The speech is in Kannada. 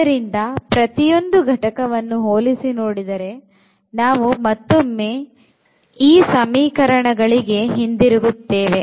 ಆದ್ದರಿಂದ ಪ್ರತಿಯೊಂದು ಘಟಕವನ್ನು ಹೋಲಿಸಿ ನೋಡಿದರೆ ನಾವು ಮತ್ತೊಮ್ಮೆ ಈ ಸಮೀಕರಣಗಳಿಗೆ ಹಿಂದಿರುಗುತ್ತೇವೆ